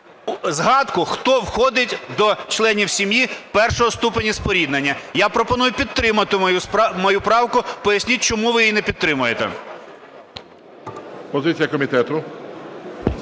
згадку, хто входить до членів сім'ї першого ступеня споріднення? Я пропоную підтримати мою правку, поясніть, чому ви її не підтримуєте? ГОЛОВУЮЧИЙ. Позиція комітету.